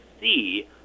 see